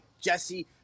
jesse